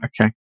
Okay